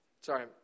Sorry